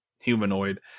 humanoid